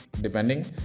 depending